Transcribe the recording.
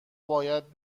باید